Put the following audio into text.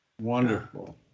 Wonderful